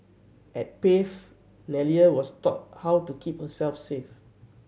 at Pave Nellie was taught how to keep herself safe